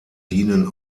dienen